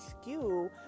skew